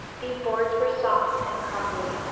these boards were soft and crumbly.